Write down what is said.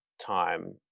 time